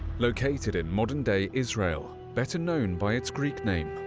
located in modern-day israel, better known by its greek name,